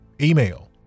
email